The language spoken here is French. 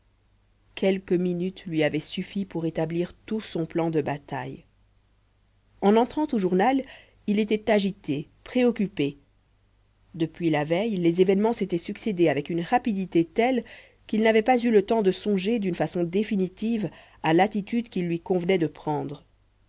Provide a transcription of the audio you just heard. quelques minutes lui avaient suffi pour établir tout son plan de bataille en entrant au journal il était agité préoccupé depuis la veille les événements s'étaient succédé avec une rapidité telle qu'il n'avait pas eu le temps de songer d'une façon définitive à l'attitude qu'il lui convenait de prendre